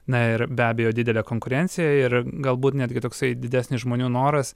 na ir be abejo didelė konkurencija ir galbūt netgi toksai didesnis žmonių noras